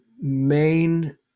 main